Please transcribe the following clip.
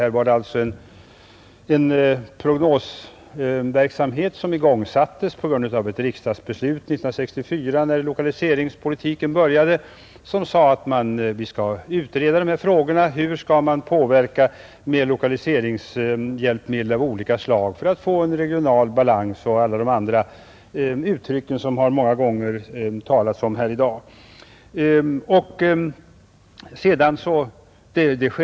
Det var alltså en prognosverksamhet som igångsattes på grund av ett riksdagsbeslut år 1964 när lokaliseringspolitiken började. Där sades att vi skall utreda frågorna om hur man med lokaliseringshjälpmedel av olika slag skall kunna få regional balans och allt annat som det har talats om här i dag.